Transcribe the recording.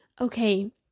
okay